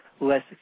less